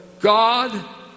God